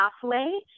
pathway